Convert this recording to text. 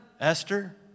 Esther